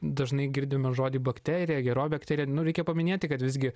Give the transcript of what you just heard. dažnai girdime žodį bakterija geroji bakterija nu reikia paminėti kad visgi